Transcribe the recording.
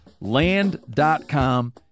Land.com